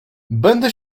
będę